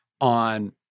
on